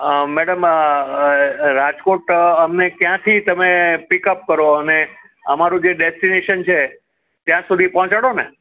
madam Rajkot અમને ક્યાંથી તમે પીકઅપ કરો અને અમારું જે ડેસ્ટિનેશન છે ત્યાં સુધી પહોંચાડો ને